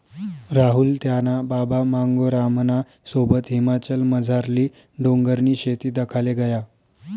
राहुल त्याना बाबा मांगेरामना सोबत हिमाचलमझारली डोंगरनी शेती दखाले गया